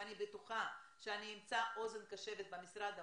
ואני בטוחה שאני אמצא אוזן קשבת במשרד האוצר,